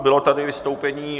Bylo tady vystoupení...